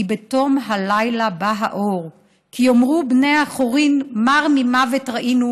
"כי בתום הלילה בא האור / כי יאמרו בני חורין: מר ממוות ראינו